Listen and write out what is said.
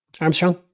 Armstrong